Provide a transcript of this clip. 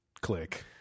click